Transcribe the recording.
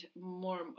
more